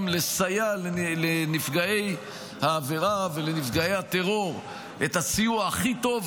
לסייע לנפגעי העבירה ולנפגעי הטרור בסיוע הכי טוב,